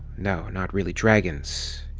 no, not really dragons,